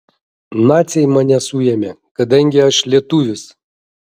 naciai mane suėmė kadangi aš lietuvis